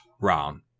round